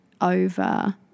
over